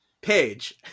page